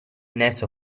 nesso